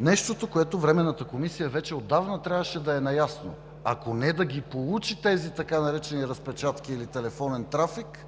нещото, с което Временната комисия вече отдавна трябваше да е наясно. Ако не, да ги получи тези така наречени разпечатки или телефонен трафик,